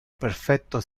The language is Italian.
perfetto